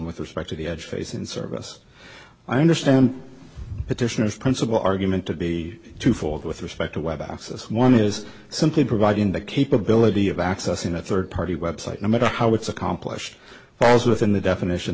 with respect to the edge phase in service i understand petitioners principle argument to be twofold with respect to web access one is simply providing the capability of accessing a third party website no matter how it's accomplished falls within the definition